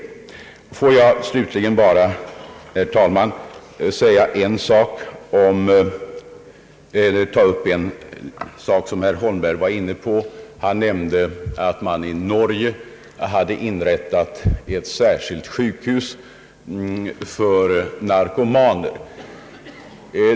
Jag vill slutligen bara, herr talman, ta upp en sak som herr Holmberg var inne på. Han nämnde att man i Norge hade inrättat ett särskilt sjukhus för narkomaner.